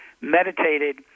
meditated